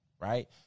Right